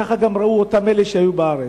כך גם ראו אותם אלה שהיו בארץ.